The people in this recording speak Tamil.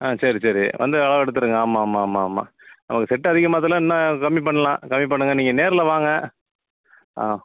ஆ சரி சரி வந்து அளவெடுத்துவிடுங்க ஆமாம் ஆமாம் ஆமாம் ஆமாம் நமக்கு செட் அதிகமாக இருந்தனால் இன்னும் கம்மி பண்ணலாம் கம்மி பண்ணுங்க நீங்கள் நேரில் வாங்க ஆ